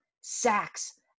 sacks